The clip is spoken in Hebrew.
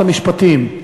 המשפטים,